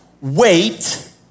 wait